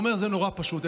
והוא אומר, זה נורא פשוט.